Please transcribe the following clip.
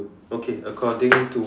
okay according to